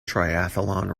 triathlon